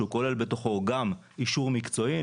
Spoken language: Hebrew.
שהוא כולל בתוכו גם אישור מקצועי.